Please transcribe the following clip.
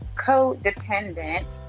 codependent